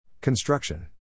Construction